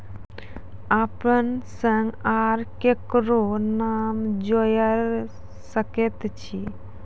अपन संग आर ककरो नाम जोयर सकैत छी?